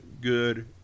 good